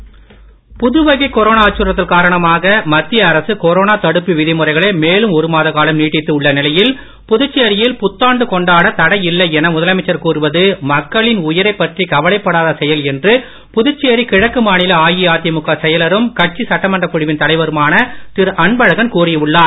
அன்பழகன் புதுவகை கொரோனா அச்சுறுத்தல் காரணமாக மத்திய அரசு கொரோனா தடுப்பு விதிமுறைகளை மேலும் ஒரு மாத காலம் நீட்டித்து உள்ள நிலையில் புதுச்சேரியில் புத்தாண்டு கொண்டாடத் தடை இல்லை என முதலமைச்சர் கூறுவது மக்களின் உயிரைப் பற்றி கவலைப்படாத செயல் என்று புதுச்சேரி கிழக்கு மாநில அஇஅதிமுக செயலரும் கட்சி சட்டமன்றக் குழுவின் தலைவருமான திரு அன்பழகன் கூறி உள்ளார்